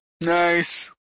Nice